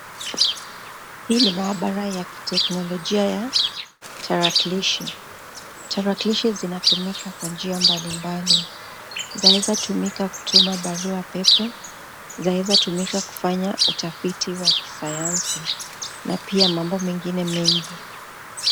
Hii ni maabara ya kiteknolojia ya tarakilishi. Tarakilishi zinatumika kwa njia mbalimbali. Zaweza tumika kutuma barua pepe, zaweza tumika kufanya utafiti wa kisayansi na pia mambo mengine mengi.